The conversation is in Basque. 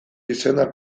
izena